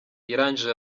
yarangije